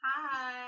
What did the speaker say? hi